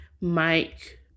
Mike